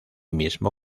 mismo